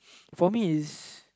for me is